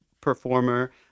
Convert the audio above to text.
performer